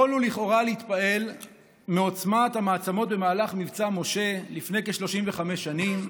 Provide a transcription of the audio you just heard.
יכולנו לכאורה להתפעל מעוצמת המעצמות במהלך מבצע משה לפני כ-35 שנים,